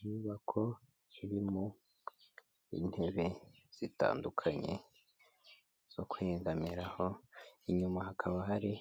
Inyubako irimo intebe zitandukanye zo kwegamiraho, inyuma hakaba hari